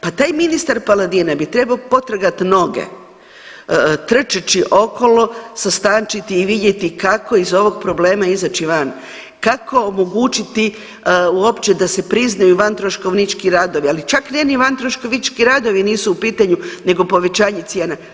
Pa taj ministar Paladina bi trebao potrgati noge trčeći okolo, sastančiti i vidjeti kako iz ovog problema izaći van, kako omogućiti uopće da se priznaju vantroškovnički radovi, ali čak ne ni vantroškovnički radovi nisu u pitanju, nego povećanje cijena.